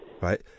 right